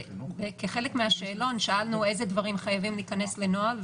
כחלק מהשאלון שאלנו איזה דברים חייבים להיכנס לנוהל,